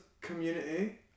community